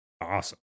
awesome